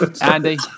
Andy